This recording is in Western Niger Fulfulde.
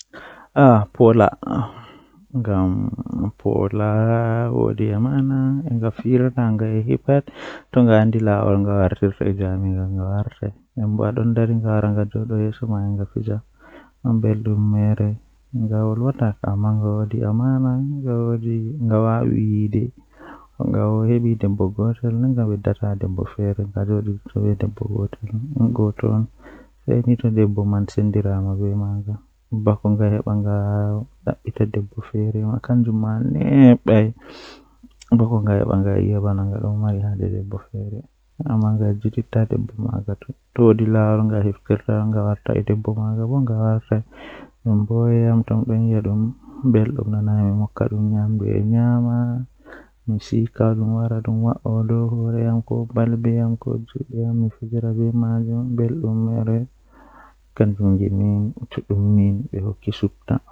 Ekitaago ɗemle ɗuɗɗum belɗum nden welnde masin Ko sabu ngal, warti ɓe heɓata moƴƴi e laawol e soodun nder ɗam, hokkataa e fowru e tawti laawol, jeyaaɓe e waɗtude caɗeele. Ko tawa warti ɓe heɓata moƴƴi e maɓɓe e laawol ngal tawa kuutorde kafooje ɓe, yaafa ɓe njogi saɗde e heɓuɓe. Warti wondi kaɓɓe njahi loowaaji ngam jooɗuɓe ɗe waawataa e waɗtuɗe ko wi'a e waɗtude.